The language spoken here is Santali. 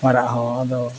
ᱯᱟᱭᱨᱟᱜ ᱦᱚᱸ ᱟᱫᱚ